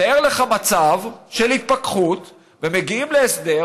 תאר לך מצב של התפכחות, מגיעים להסדר